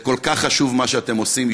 זה כל כך חשוב מה שאתם עושים.